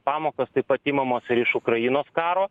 pamokos taip pat imamos ir iš ukrainos karo